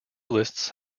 lists